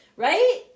Right